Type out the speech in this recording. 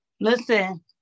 Listen